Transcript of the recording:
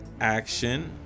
action